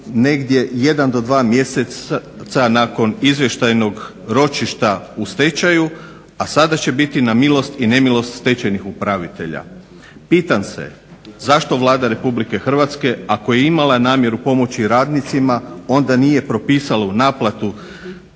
negdje 1 do 2 mjeseca nakon izvještajnog ročišta u stečaju, a sada će biti na milost i nemilost stečajnih upravitelja. Pitam se zašto Vlada RH ako je imala namjeru pomoći radnicima onda nije propisala u naplatu